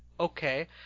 okay